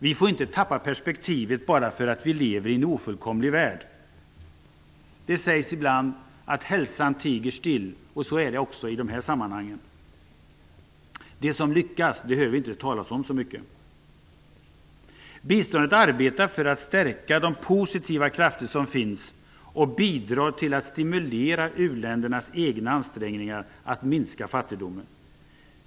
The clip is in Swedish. Vi får inte tappa det perspektivet bara för att vi lever i en ofullkomlig värld. Det sägs ibland att hälsan tiger still. Så är det också i dessa sammanhang. Det som lyckas behöver man inte tala så mycket om. Biståndet är till för att stärka de positiva krafter som finns, och det bidrar till att stimulera u-ländernas egna ansträngningar för att minska fattigdomen.